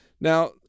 Now